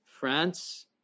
France